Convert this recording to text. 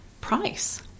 Price